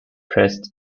pressed